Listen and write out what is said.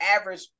average